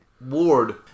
Ward